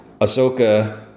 Ahsoka